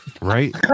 Right